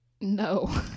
No